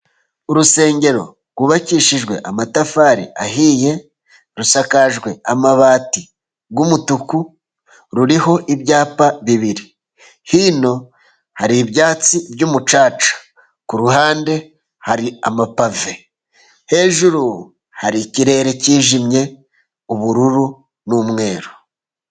Urusengero rwubakishijwe amatafari ahiye rusakajwe amabati y'umutuku. Ruriho ibyapa bibiri. Hino hari ibyatsi by'umucaca, ku ruhande hari amapave, hejuru hari ikirere cyijimye, ubururu n'umweru.